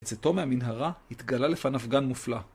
בצאתו מהמנהרה, התגלה לפניו גן מופלא.